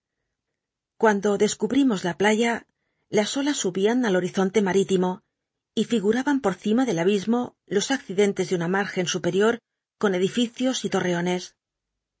cuando descubrimos la laya las olas subían al horizonte marítimo y figuraban por cima del abismo los accidentes de una margen superior con edificios y lorrcones